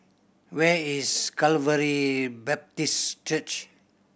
where is Calvary Baptist Church